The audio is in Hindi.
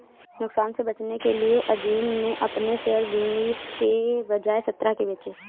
नुकसान से बचने के लिए अज़ीम ने अपने शेयर बीस के बजाए सत्रह में बेचे